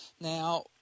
Now